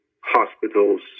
hospitals